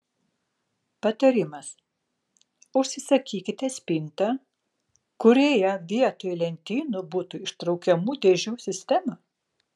patarimas užsisakykite spintą kurioje vietoj lentynų būtų ištraukiamų dėžių sistema